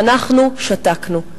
ואנחנו שתקנו.